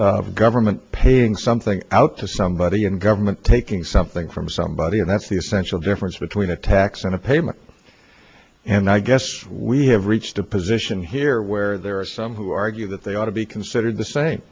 of government paying something out to somebody in government taking something from somebody and that's the essential difference between a tax and a payment and i guess we have reached a position here where there are some who argue that they ought to be considered the same